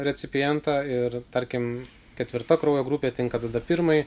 recipientą ir tarkim ketvirta kraujo grupė tinka tada pirmai